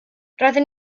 roedden